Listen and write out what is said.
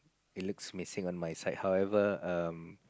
it looks missing on my side however um